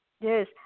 Yes